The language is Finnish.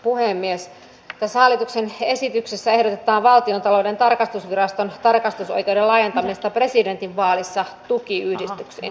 tässä hallituksen esityksessä ehdotetaan valtiontalouden tarkastusviraston tarkastusoikeuden laajentamista presidentinvaalissa tukiyhdistyksiin